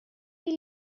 will